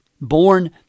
born